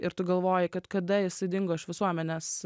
ir tu galvoji kad kada jis dingo iš visuomenės